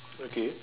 okay